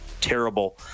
terrible